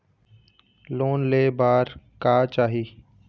Loan ले बार का चाही?